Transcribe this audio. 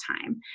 time